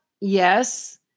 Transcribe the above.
yes